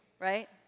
right